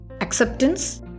acceptance